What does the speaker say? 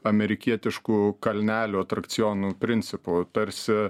amerikietiškų kalnelių atrakcionų principu tarsi